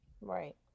right